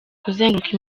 kuzenguruka